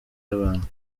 y’abantu